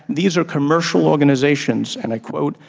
these are commercial organisations, and i quote,